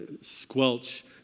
squelch